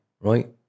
Right